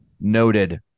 Noted